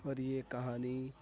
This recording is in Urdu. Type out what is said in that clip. اور یہ کہانی